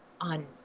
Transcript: on